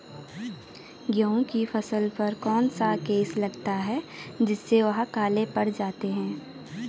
गेहूँ की फसल पर कौन सा केस लगता है जिससे वह काले पड़ जाते हैं?